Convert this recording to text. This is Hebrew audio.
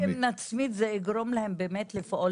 אולי אם נצמיד זה יגרום להם באמת לפעול